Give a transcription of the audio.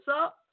up